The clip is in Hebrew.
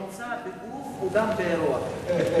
נמצא בגוף וגם ברוח.